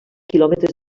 quilòmetres